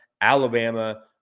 Alabama